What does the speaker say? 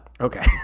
Okay